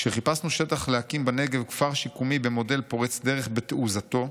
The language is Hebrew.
כשחיפשנו שטח להקים בנגב כפר שיקומי במודל פורץ דרך בתעוזתו,